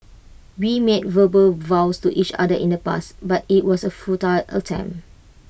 we made verbal vows to each other in the past but IT was A futile attempt